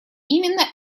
именно